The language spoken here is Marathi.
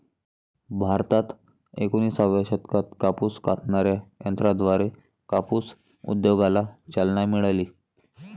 भारतात एकोणिसाव्या शतकात कापूस कातणाऱ्या यंत्राद्वारे कापूस उद्योगाला चालना मिळाली